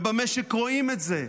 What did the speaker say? במשק רואים את זה,